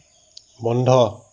বন্ধ